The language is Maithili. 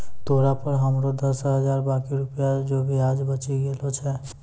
तोरा पर हमरो दस हजार बाकी रुपिया रो ब्याज बचि गेलो छय